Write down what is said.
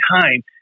time